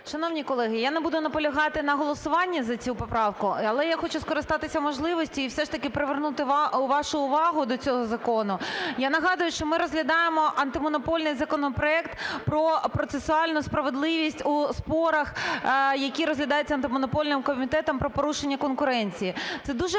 Шановні колеги, я не буду наполягати на голосуванні за цю поправку, але я хочу скористатися можливістю і все ж таки привернути вашу увагу до цього закону. Я нагадую, що ми розглядаємо антимонопольний законопроект про процесуальну справедливість у спорах, які розглядаються антимонопольним комітетом, про порушення конкуренції. Це дуже важлива